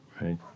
Right